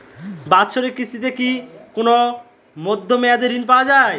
বাৎসরিক কিস্তিতে কি কোন মধ্যমেয়াদি ঋণ পাওয়া যায়?